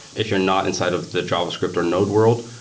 if you're not inside of the javascript or node world,